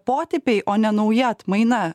potipiai o ne nauja atmaina